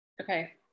Okay